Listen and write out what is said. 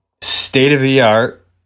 state-of-the-art